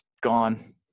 gone